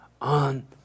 on